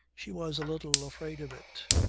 she was a little afraid of it.